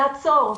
לעצור,